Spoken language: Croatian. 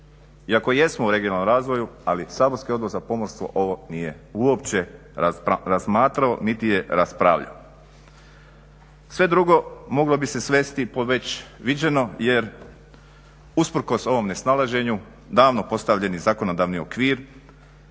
iako jesmo u regionalnom razvoju, ali saborski Odbor za pomorstvo ovo nije uopće razmatrao niti je raspravljao. Sve drugo moglo bi se svesti po već viđenom jer usprkos ovom nesnalaženju davno postavljeni zakonodavni okvir